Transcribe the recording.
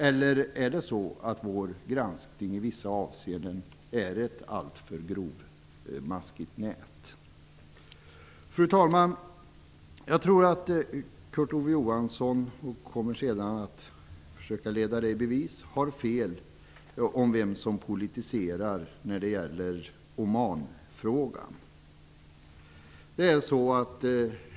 Eller är det så att vår granskning i vissa avseenden är ett alltför grovmaskigt nät? Fru talman! Jag tror att Kurt Ove Johansson har fel - och kommer senare att försöka leda det i bevis - om vem som politiserar när det gäller Omanfrågan.